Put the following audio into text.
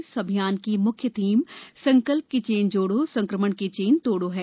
इस अभियान की मुख्य थीम संकल्प की चेन जोड़ो संकमण की चेन तोड़ो है